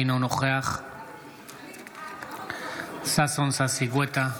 אינו נוכח ששון ששי גואטה,